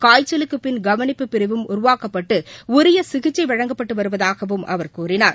காய்ச்சலுக்கு பின் கவளிப்பு பிரிவும் உருவாக்கப்பட்டு உரிய சிகிச்சை வழங்கப்பட்டு வருவதாகவும் அவர் கூறினார்